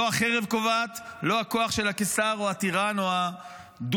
לא החרב קובעת, לא כוח של הקיסר או הטירן או הדוכס